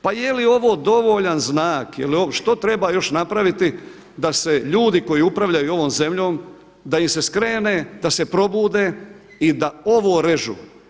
Pa je li ovo dovoljan znak, što treba još napraviti da se ljudi koji upravljaju ovom zemljom da im se skrene, da se probude i da ovo režu?